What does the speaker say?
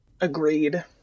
Agreed